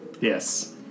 Yes